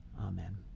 Amen